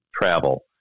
travel